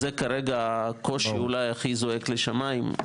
זה כרגע הקושי בשרשרת שאולי הכי זועק לשמיים.